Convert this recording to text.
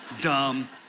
dumb